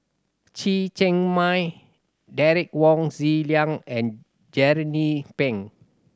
Chen Cheng Mei Derek Wong Zi Liang and Jernnine Pang